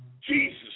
Jesus